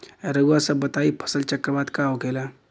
रउआ सभ बताई फसल चक्रवात का होखेला?